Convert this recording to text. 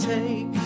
Take